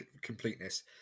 completeness